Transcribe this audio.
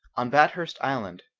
on bathurst island,